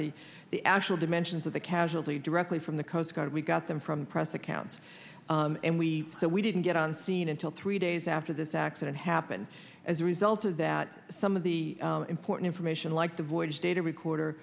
the the actual dimensions of the casualty directly from the coast guard we got them from press accounts and we so we didn't get on scene until three days after this accident happened as a result of that some of the important information like the voyage data recorder